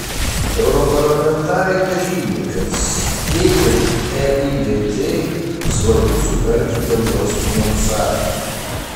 europarlamentarai pažymi kad steigiant eivt svarbu sutarti dėl jos finansavimo